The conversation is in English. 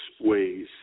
ways